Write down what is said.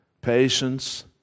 patience